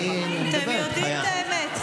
היא מדברת, אתם יודעים את האמת.